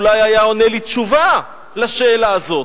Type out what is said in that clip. אולי היה עונה לי תשובה על השאלה הזאת.